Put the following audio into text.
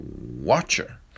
watcher